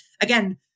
again